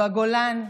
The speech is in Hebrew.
בגולן,